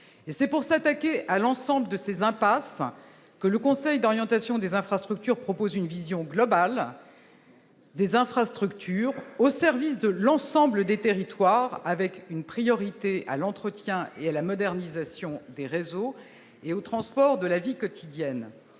et c'est pour s'attaquer à l'ensemble de ses impasses que le Conseil Dorian tation des infrastructures propose une vision globale des infrastructures au service de l'ensemble des territoires avec une priorité à l'entretien et la modernisation des réseaux et au transport de la vie quotidienne